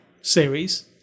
series